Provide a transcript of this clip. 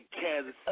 Kansas